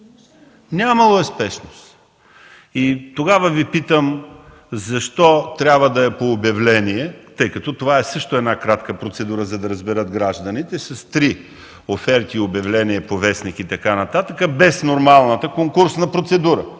Нямало е спешност. И тогава Ви питам: защо трябва да е по обявление, тъй като това е също една кратка процедура, за да разберат гражданите, с три оферти обявление по вестник и така нататък, без нормалната конкурсна процедура?